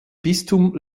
bistum